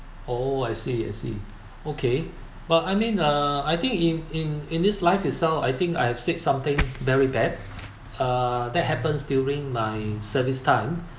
oh I see I see okay but I mean uh I think in in in this life itself I think I have said something very bad uh that happens during my service time